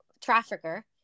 trafficker